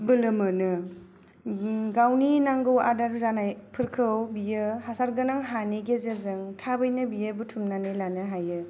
बोलो मोनो गावनि नांगौ आदार जानाय फोरखौ बियो हासार गोनां हानि गेजेरजों थाबैनो बियो बुथुमनानै लानो हायो